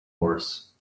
horse